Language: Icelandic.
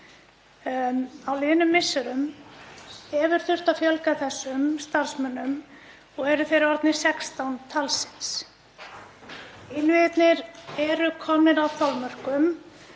Á liðnum misserum hefur þurft að fjölga þessum starfsmönnum og eru þeir orðnir 16 talsins. Innviðirnir eru komnir að þolmörkum.